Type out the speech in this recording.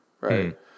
Right